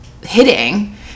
hitting